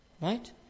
Right